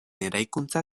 eraikuntza